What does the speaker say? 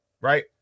right